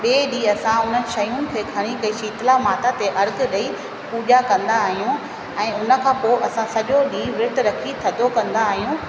ॿिए ॾींहं असां उन शयुनि खे खणी करे शीतला माता ते अर्गु ॾई पूॼा कंदा आहियूं ऐं उन खां पोइ असां सॼो ॾींहुं विर्तु रखी थधो कंदा आहियूं